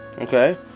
Okay